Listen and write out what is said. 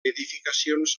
edificacions